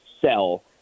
sell